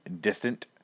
distant